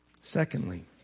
Secondly